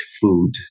food